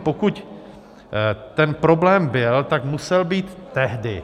Pokud ten problém byl, tak musel být tehdy.